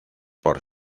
por